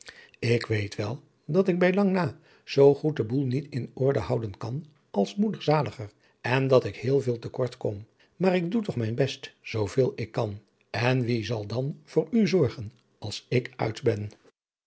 ik weet wel dat ik bij lang na zoo goed den boêl niet in orde houden kan als moeder zaliger en dat ik heel veel te kort kom maar ik doe toch mijn best zooveel ik kan en wie zal dan voor u zorgen als ik uit ben